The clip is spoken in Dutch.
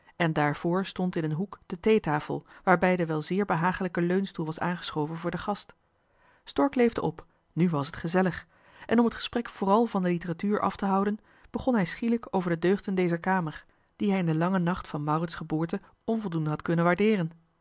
en daarvoor stond in een hoek de theetafel waarbij de wel zeer behagelijke leunstoel was aangeschoven voor den gast stork leefde op nu was het gezellig en om het gesprek vooral van de literatuur af te houden begon hij schielijk over de deugden dezer kamer die hij in den langen nacht van maurits geboorte onvoldoende had kunnen waardeeren